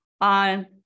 on